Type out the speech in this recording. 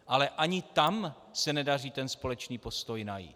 Ale ani tam se nedaří ten společný postoj najít.